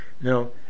Now